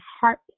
heart